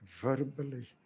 verbally